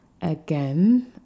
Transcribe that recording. again